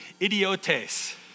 idiotes